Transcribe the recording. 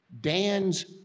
Dan's